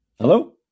Hello